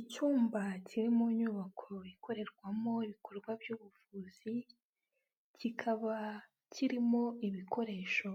Icyumba kiri mu nyubako ikorerwamo ibikorwa by'ubuvuzi, kikaba kirimo ibikoresho